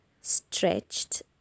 Stretched